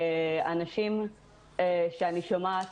אנשים שאני שומעת,